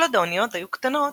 כל עוד האוניות היו קטנות,